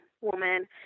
woman